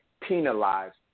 penalized